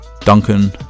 Duncan